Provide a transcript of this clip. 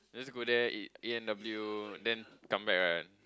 just go there in in a view then come back right